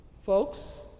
folks